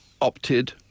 opted